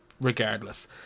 regardless